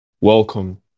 welcome